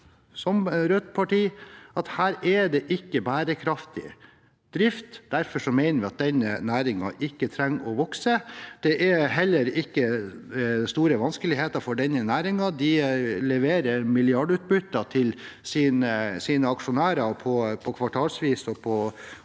Som rødt parti mener vi at det her ikke er bærekraftig drift, og derfor mener vi at denne næringen ikke trenger å vokse. Det er heller ikke store vanskeligheter for denne næringen. De leverer milliardutbytter til sine aksjonærer, både kvartalsvis og på